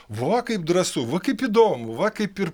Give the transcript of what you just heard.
va kaip drąsu va kaip įdomu va kaip ir